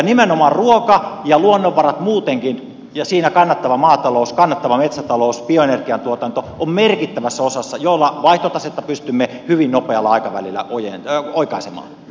nimenomaan ruoka ja luonnonvarat muutenkin ja siinä kannattava maatalous kannattava metsätalous bioenergian tuotanto ovat merkittävässä osassa ja niillä vaihtotasetta pystymme hyvin nopealla aikavälillä oikaisemaan